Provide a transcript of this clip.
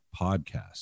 podcast